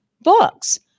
books